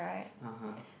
(uh huh)